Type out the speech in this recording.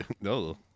No